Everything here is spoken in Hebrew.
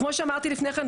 כמו שאמרתי לפני כן,